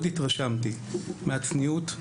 מאוד התרשמתי מהצניעות,